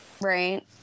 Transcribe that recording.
Right